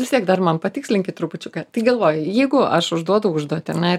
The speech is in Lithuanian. vis tiek dar man patikslinkit trupučiuką tai galvoju jeigu aš užduodu užduotį ane